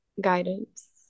guidance